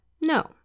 no